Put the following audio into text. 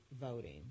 voting